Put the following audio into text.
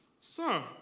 Sir